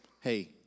hey